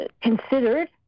considered